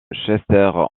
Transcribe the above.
chester